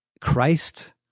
Christ